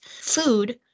food